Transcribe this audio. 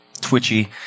twitchy